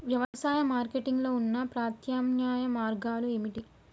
వ్యవసాయ మార్కెటింగ్ లో ఉన్న ప్రత్యామ్నాయ మార్గాలు ఏమిటి?